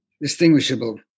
distinguishable